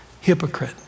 hypocrite